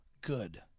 Good